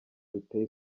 biteye